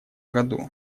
году